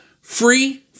free